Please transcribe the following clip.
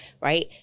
Right